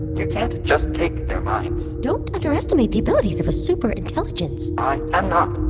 you can't just take their minds don't underestimate the abilities of a super intelligence i am not.